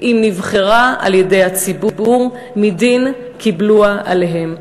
אם נבחרה על-ידי הציבור מדין "קיבלוה עליהם".